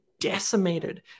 Decimated